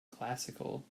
classical